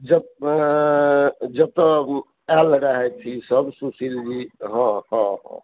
जतए आएल रहथि ई सब सुशील जी हँ हँ हँ